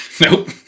Nope